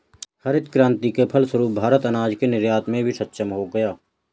हरित क्रांति के फलस्वरूप भारत अनाज के निर्यात में भी सक्षम हो गया